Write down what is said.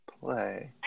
Play